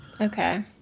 Okay